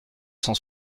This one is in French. cent